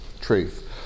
Truth